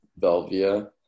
Velvia